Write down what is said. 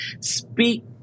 speak